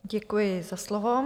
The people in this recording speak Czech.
Děkuji za slovo.